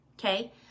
Okay